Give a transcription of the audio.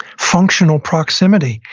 functional proximity.